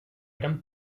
eren